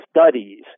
studies